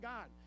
God